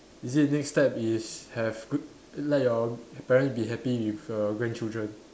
is it next step is have good let your parents be happy with your grandchildren